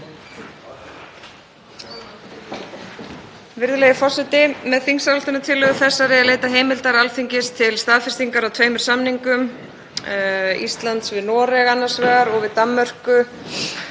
Virðulegi forseti. Með þingsályktunartillögu þessari er leitað heimildar Alþingis til staðfestingar á tveimur samningum Íslands, við Noreg annars vegar og við Danmörku